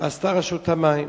שהקימה את רשות המים,